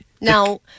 Now